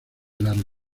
largo